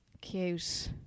Cute